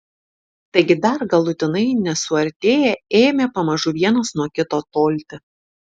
taigi dar galutinai nesuartėję ėmė pamažu vienas nuo kito tolti